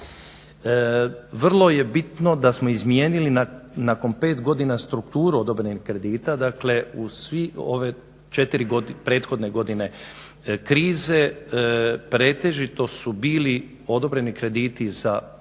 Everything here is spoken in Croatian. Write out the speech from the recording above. Vrlo je bitno da smo izmijenili nakon pet godina strukturu odobrenih kredita. Dakle, u ove četiri prethodne godine krize pretežito su bili odobreni krediti za obrtnu